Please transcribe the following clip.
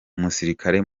umusirikare